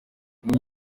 bamwe